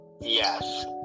Yes